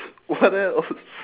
what else